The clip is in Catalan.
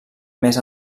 més